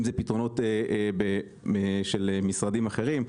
אם זה פתרונות של משרדים אחרים,